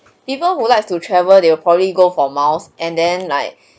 people would like to travel they will probably go for miles and then like